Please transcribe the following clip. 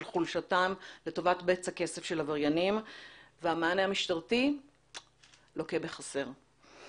חולשתם לטובת בצע כסף של עבריינים והמענה המשטרתי לוקה בחסר.